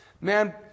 Man